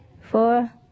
Four